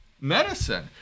medicine